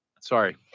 sorry